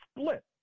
split